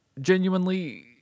genuinely